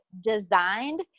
designed